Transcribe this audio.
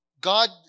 God